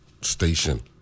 station